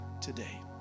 today